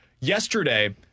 Yesterday